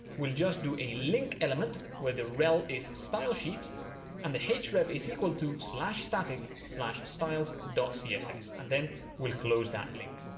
we'll just do a link element where the rel is stylesheet and the href is equal to slash static slash styles dot css. and then we'll close that link.